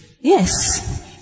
Yes